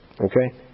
okay